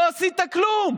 לא עשית כלום.